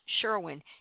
Sherwin